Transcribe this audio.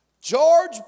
George